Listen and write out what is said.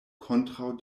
kontraŭ